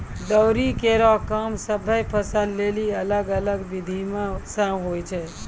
दौरी केरो काम सभ्भे फसल लेलि अलग अलग बिधि सें होय छै?